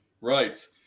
Right